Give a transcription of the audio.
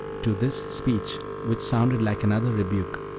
to this speech, which sounded like another rebuke,